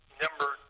number